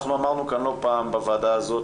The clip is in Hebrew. אנחנו אמרנו כאן לא פעם בוועדה הזאת,